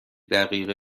دقیقه